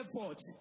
effort